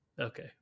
Okay